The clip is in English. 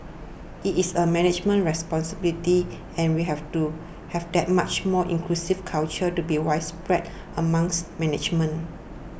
it is a management responsibility and we have do have that much more inclusive culture to be widespread amongst management